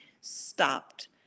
stopped